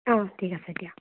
অ' ঠিক আছে দিয়া